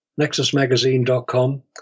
nexusmagazine.com